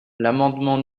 l’amendement